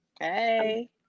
Hey